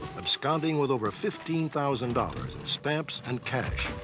absconding with over fifteen thousand dollars in stamps and cash.